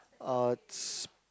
uh sp~